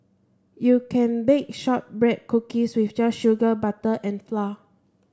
you can bake shortbread cookies with just sugar butter and flour